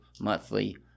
monthly